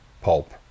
pulp